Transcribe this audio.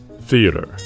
Theater